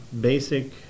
basic